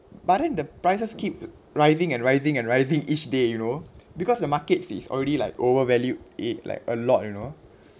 but then the prices keep rising and rising and rising each day you know because the market is already like overvalued it like a lot you know